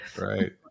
Right